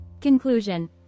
Conclusion